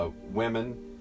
women